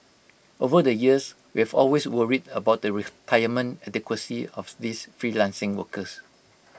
over the years we've always worried about the retirement adequacy of these freelancing workers